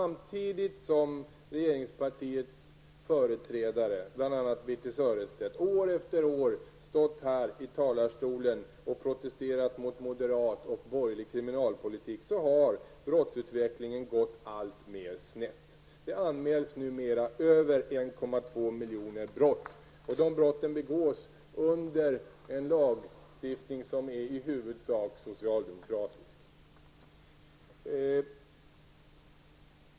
Birthe Sörestedt, år efter år stått här i talarstolen och protesterat mot moderat och borgerlig kriminalpolitik, har brottsutvecklingen gått alltmer snett. Det anmäls numera över 1,2 miljoner brott -- och de brotten begås under en lagstiftning som är i huvudsak socialdemokratisk.